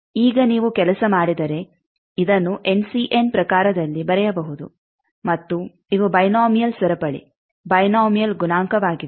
ಈಗ ನೀವು ಕೆಲಸ ಮಾಡಿದರೆ ಇದನ್ನು ಪ್ರಕಾರದಲ್ಲಿ ಬರೆಯಬಹುದು ಮತ್ತು ಇವು ಬೈನೋಮಿಯಲ್ ಸರಪಳಿ ಬೈನೋಮಿಯಲ್ ಗುಣಾಂಕವಾಗಿವೆ